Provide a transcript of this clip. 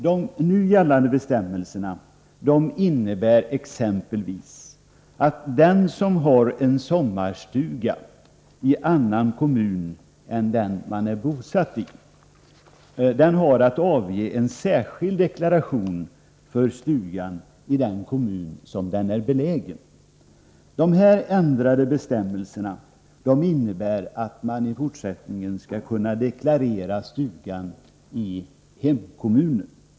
De nu gällande bestämmelserna innebär exempelvis att den som har en sommarstuga i annan kommun än den man är bosatt i har att avge en särskild deklaration för stugan i den kommun där den är belägen.